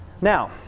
Now